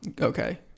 okay